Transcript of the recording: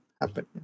happen